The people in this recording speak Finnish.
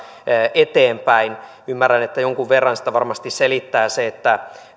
eteenpäin ymmärrän että jonkun verran sitä varmasti selittää se että